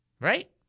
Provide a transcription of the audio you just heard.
right